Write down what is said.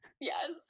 Yes